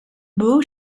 blue